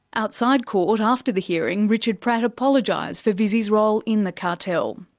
outside court, after the hearing, richard pratt apologised for visy's role in the cartel.